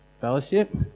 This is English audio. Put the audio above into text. Fellowship